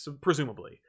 presumably